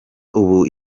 ubu